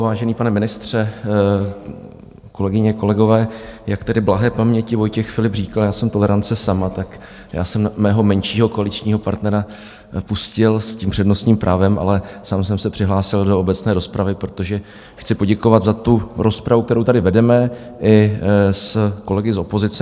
Vážený pane ministře, kolegyně, kolegové, jak tady blahé paměti Vojtěch Filip říkal, já jsem tolerance sama, tak já jsem svého menšího koaličního partnera pustil s tím přednostním právem, ale sám jsem se přihlásil do obecné rozpravy, protože chci poděkovat za rozpravu, kterou tady vedeme i s kolegy z opozice.